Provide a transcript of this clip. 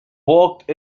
walked